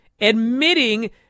admitting